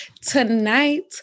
Tonight